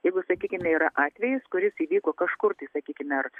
jeigu sakykime yra atvejis kuris įvyko kažkur tai sakykime ar